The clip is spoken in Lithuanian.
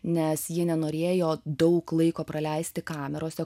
nes jie nenorėjo daug laiko praleisti kamerose